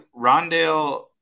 Rondale